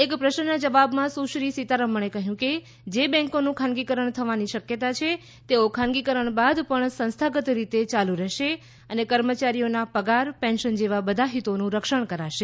એક પ્રશ્નના જવાબમાં સુશ્રી સિતારમણે કહ્યું કે જે બેંકોનું ખાનગીકરણ થવાની શક્યતા છે તેઓ ખાનગીકરણ બાદ પણ સંસ્થાગત રીતે ચાલુ રહેશે અને કર્મચારીઓના પગાર પેન્શન જેવા બધા હિતોનું રક્ષણ કરાશે